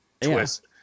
twist